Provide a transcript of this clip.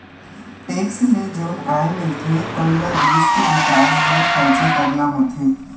tax ले जउन आय मिलथे तउन ल देस के बिकास बर खरचा करना होथे